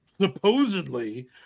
supposedly